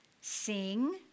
Sing